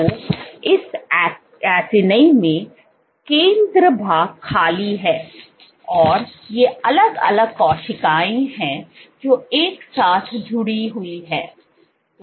तो इस एकिनी में केंद्र भाग खाली है और ये अलग अलग कोशिकाएं हैं जो एक साथ जुड़ी हुई हैं